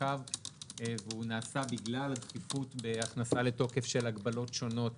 מורכב ונעשה בגלל הדחיפות בהכנסה לתוקף של הגבלות שונות